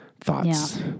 thoughts